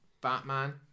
Batman